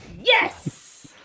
Yes